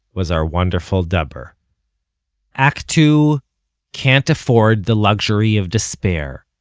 was our wonderful dubber act two can't afford the luxury of despair.